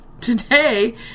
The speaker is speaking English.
Today